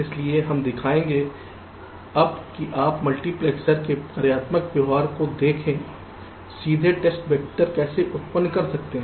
इसलिए हम दिखाएंगे अब कि आप मल्टीप्लेक्स के कार्यात्मक व्यवहार को देखकर सीधे टेस्ट वैक्टर कैसे उत्पन्न कर सकते हैं